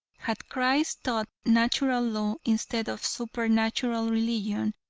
had christ taught natural law instead of supernatural religion,